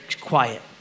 quiet